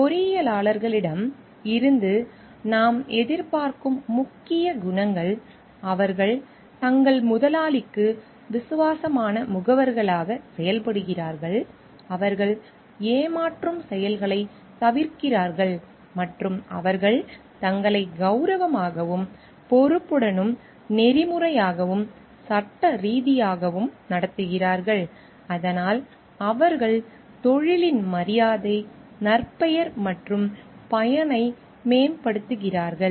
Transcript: பொறியாளர்களிடம் இருந்து நாம் எதிர்பார்க்கும் முக்கியமான குணங்கள் அவர்கள் தங்கள் முதலாளிக்கு விசுவாசமான முகவர்களாகச் செயல்படுகிறார்கள் அவர்கள் ஏமாற்றும் செயல்களைத் தவிர்க்கிறார்கள் மற்றும் அவர்கள் தங்களை கெளரவமாகவும் பொறுப்புடனும் நெறிமுறையாகவும் சட்டரீதியாகவும் நடத்துகிறார்கள் அதனால் அவர்கள் தொழிலின் மரியாதை நற்பெயர் மற்றும் பயனை மேம்படுத்துகிறார்கள்